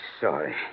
Sorry